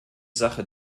sache